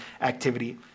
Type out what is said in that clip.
activity